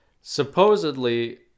supposedly